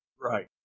Right